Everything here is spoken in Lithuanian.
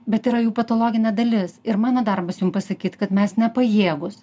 bet yra jų patologinė dalis ir mano darbas jum pasakyt kad mes nepajėgūs